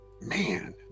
Man